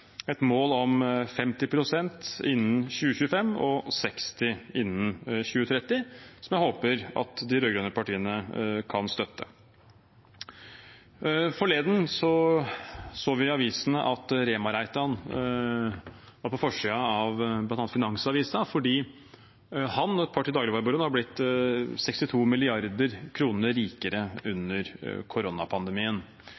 et mål om 50 pst. innen 2025 og 60 pst. innen 2030, noe jeg håper de rød-grønne partiene kan støtte. Forleden så vi at Rema-Reitan var på forsiden av bl.a. Finansavisen fordi han og et par dagligvarebaroner til hadde blitt 62 mrd. kr rikere